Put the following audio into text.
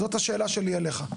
זאת השאלה שלי אליך.